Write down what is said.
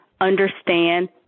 understand